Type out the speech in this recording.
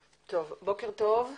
בוקר טוב.